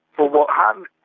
but what happens.